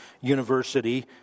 university